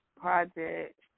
project